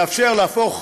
מאפשר להפוך